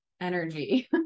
energy